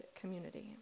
community